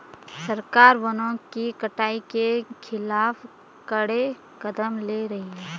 सरकार वनों की कटाई के खिलाफ कड़े कदम ले रही है